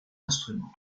instruments